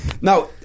Now